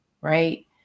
right